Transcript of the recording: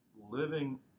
living